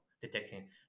detecting